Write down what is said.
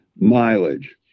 mileage